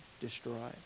destroy